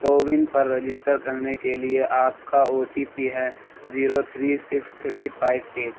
CoWIN پررجسٹر کرنے کے لیے آپ کا او ٹی پی ہے zero three six three five at